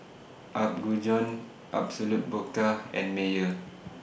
Apgujeong Absolut Vodka and Mayer